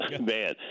Man